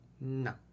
no